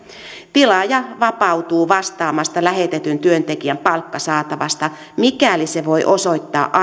tilaaja vapautuu vastaamasta lähetetyn työntekijän palkkasaatavasta mikäli se voi osoittaa